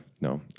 no